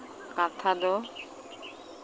ᱠᱟᱛᱷᱟ ᱫᱚ